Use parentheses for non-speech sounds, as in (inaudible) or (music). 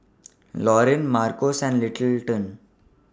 (noise) Loreen Marcos and Littleton